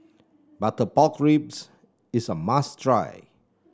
Butter Pork Ribs is a must try